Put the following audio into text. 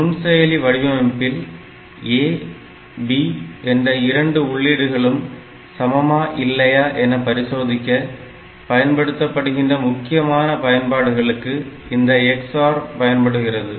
நுண்செயலி வடிவமைப்பில் A B என்ற 2 உள்ளீடுகளும் சமமா இல்லையா என பரிசோதிக்க பயன்படுத்தபடுகின்ற முக்கியமான பயன்பாடுகளுக்கு இந்த XOR பயன்படுகிறது